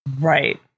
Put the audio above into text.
Right